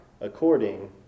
according